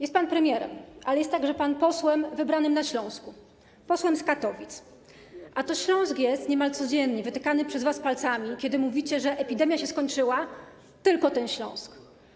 Jest pan premierem, ale jest pan także posłem wybranym na Śląsku, posłem z Katowic, a to Śląsk jest niemal codziennie wytykany przez was palcami, kiedy mówicie: epidemia się skończyła, tylko ten Śląsk.